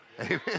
Amen